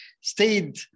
stayed